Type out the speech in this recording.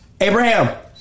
Abraham